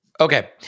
Okay